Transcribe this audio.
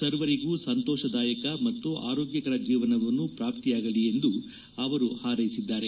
ಸರ್ವರಿಗೂ ಸಂತೋಷದಾಯಕ ಮತ್ತು ಆರೋಗ್ಯಕರ ಜೀವನವನ್ನು ಪ್ರಾಪ್ತಿಯಾಗಲಿ ಎಂದು ಅವರು ಹಾರ್ೈಸಿದ್ದಾರೆ